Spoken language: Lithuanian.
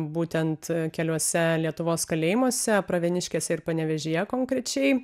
būtent keliuose lietuvos kalėjimuose pravieniškėse ir panevėžyje konkrečiai